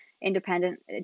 independent